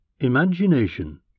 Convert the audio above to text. Imagination